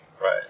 Right